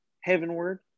heavenward